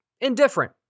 indifferent